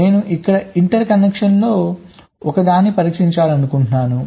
నేను ఇక్కడ ఇంటర్ కనెక్షన్లలో ఒకదాన్ని పరీక్షించాలనుకుంటున్నాను